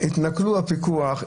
התנכלו לפיקוח,